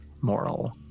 Moral